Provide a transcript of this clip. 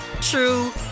true